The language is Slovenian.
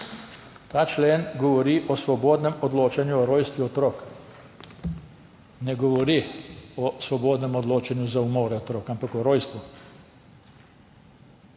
ta člen govori o svobodnem odločanju o rojstvu otrok, ne govori o svobodnem odločanju za umore otrok, ampak o rojstvu.